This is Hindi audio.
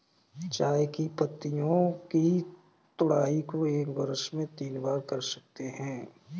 चाय की पत्तियों की तुड़ाई को एक वर्ष में तीन बार कर सकते है